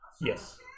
Yes